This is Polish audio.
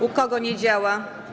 U kogo nie działa?